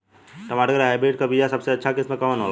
टमाटर के हाइब्रिड क बीया सबसे अच्छा किस्म कवन होला?